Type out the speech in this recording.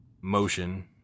motion